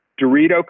Dorito